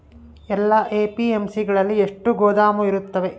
ಎಲ್ಲಾ ಎ.ಪಿ.ಎಮ್.ಸಿ ಗಳಲ್ಲಿ ಎಷ್ಟು ಗೋದಾಮು ಇರುತ್ತವೆ?